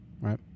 right